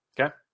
okay